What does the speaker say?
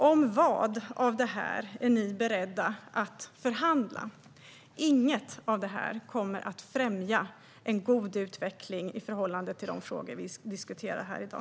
Om vad av det här är Moderaterna beredda att förhandla? Inget av detta kommer att främja en god utveckling i förhållande till de frågor vi diskuterar här i dag.